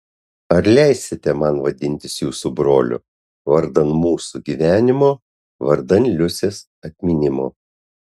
ar leisite man vadintis jūsų broliu vardan mūsų gyvenimo vardan liusės atminimo